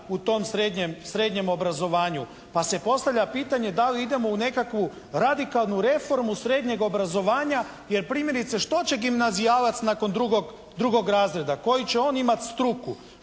u tom srednjem obrazovanju, pa se postavlja pitanje da li idemo u nekakvu radikalnu reformu srednjeg obrazovanja jer primjerice što će gimnazijalac nakon 2. razreda, koju će on imati struku.